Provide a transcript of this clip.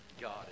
God